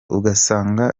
ugasanga